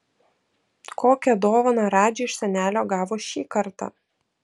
kokią dovaną radži iš senelio gavo šį kartą